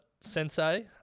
sensei